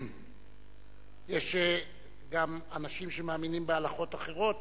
יש גם אנשים שמאמינים בהלכות אחרות,